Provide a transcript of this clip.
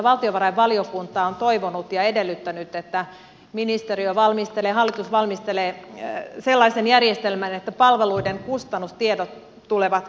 valtiovarainvaliokunta on toivonut ja edellyttänyt että hallitus valmistelee sellaisen järjestelmän että palveluiden kustannustiedot tulevat julkisiksi